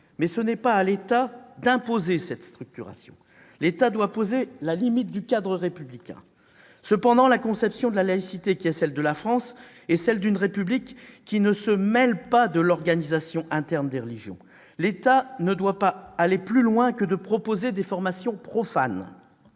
mais ce n'est pas à l'État d'imposer cette structuration. L'État doit se contenter de poser la limite du cadre républicain. La conception de la laïcité française est celle d'une République qui ne se mêle pas de l'organisation interne des religions. L'État ne doit pas aller plus loin que de proposer des formations profanes,